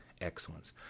excellence